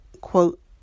quote